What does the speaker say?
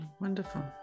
Wonderful